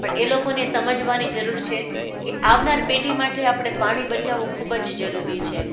પણ એ લોકોને સમજવાની જરૂર છે કે આવનાર પેઢી માટે આપણે પાણી બચાવવું ખૂબ જ જરૂરી છે